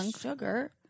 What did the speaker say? sugar